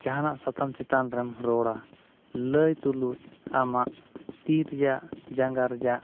ᱡᱟᱦᱟᱱᱟᱜ ᱥᱟᱛᱟᱢ ᱪᱮᱛᱟᱱ ᱨᱮᱢ ᱨᱚᱲᱟ ᱞᱟᱹᱭ ᱛᱩᱞᱩᱡ ᱟᱢᱟᱜ ᱛᱤ ᱨᱮᱭᱟᱜ ᱡᱟᱸᱜᱟ ᱨᱮᱭᱟᱜ